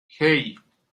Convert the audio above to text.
hey